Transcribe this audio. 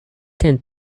tend